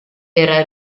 era